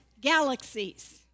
galaxies